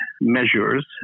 measures